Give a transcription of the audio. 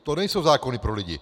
To nejsou zákony pro lidi.